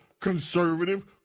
conservative